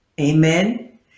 amen